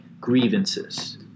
grievances